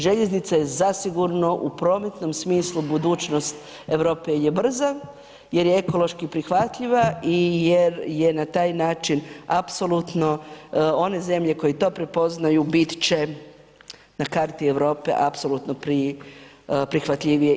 Željeznica je zasigurno u prometnom smislu budućnost Europe jel je brza, jel je ekološki prihvatljiva i jer je na taj način apsolutno one zemlje koje to prepoznaju bit će na karti Europe apsolutno prihvatljivije.